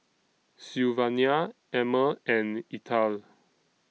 Sylvania Emmer and Ethyle